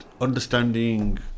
understanding